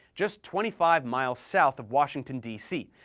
just twenty five miles south of washington dc,